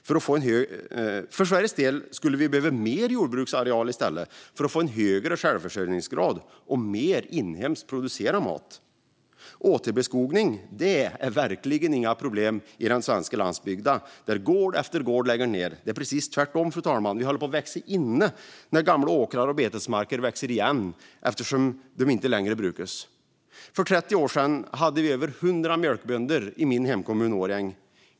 För Sveriges del skulle vi i stället behöva mer jordbruksareal för att få en högre självförsörjningsgrad och mer inhemskt producerad mat. Att återbeskoga är verkligen inget problem på den svenska landsbygden, där gård efter gård lägger ned. Det är precis tvärtom, fru talman - vi håller på att växa inne när gamla åkrar och betesmarker växer igen eftersom de inte längre brukas. För 30 år sedan hade vi över hundra mjölkbönder i min hemkommun Årjäng.